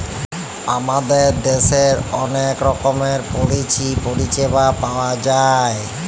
আমাদের দ্যাশের অলেক রকমের পলিচি পরিছেবা পাউয়া যায়